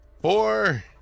Four